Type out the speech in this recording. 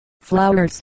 flowers